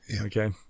Okay